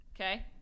Okay